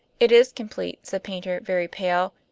it is complete, said paynter, very pale.